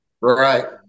Right